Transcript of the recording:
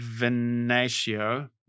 Venatio